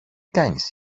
κάνεις